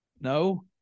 No